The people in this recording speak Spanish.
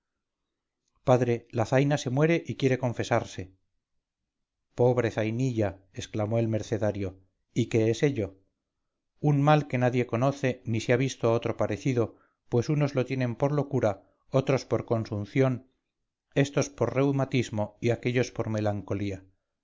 padre la zaina se muere y quiere confesarse pobre zainilla exclamó el mercenario y qué es ello un mal que nadie conoce ni se ha visto otro parecido pues unos lo tienen por locura otros por consunción estos por reumatismo y aquellos por melancolía